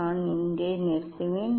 நான் இங்கே நிறுத்துவேன்